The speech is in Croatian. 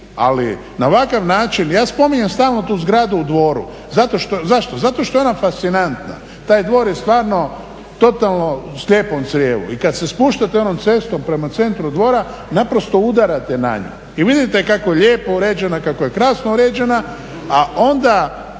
Ali na ovakav način, ja spominjem stalno tu zgradu u Dvoru. Zašto? Zato što je ona fascinantna. Taj Dvor je stvarno totalno u slijepom crijevu. I kad se spuštate onom cestom prema centru Dvora naprosto udarate na nju i vidite kako je lijepo uređena i kako je krasno uređena, a onda